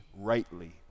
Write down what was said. rightly